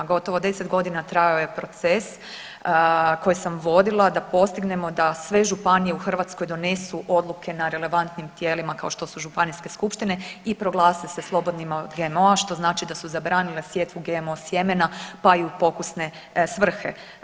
Gotovo deset godina trajao je proces koji sam vodila da postignemo da sve županije u Hrvatskoj donesu odluke na relevantnim tijelima kao što su županijske skupštine i proglase se slobodnima od GMO-a što znači da su zabranile sjetvu GMO sjemena pa i u pokusne svrhe.